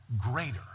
greater